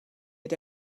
had